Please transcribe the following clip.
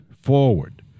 forward